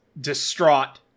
distraught